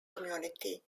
community